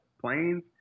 planes